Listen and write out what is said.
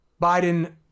Biden